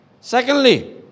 Secondly